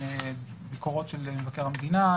עם ביקורות של מבקר המדינה,